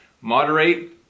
moderate